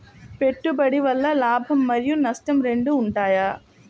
పెట్టుబడి వల్ల లాభం మరియు నష్టం రెండు ఉంటాయా?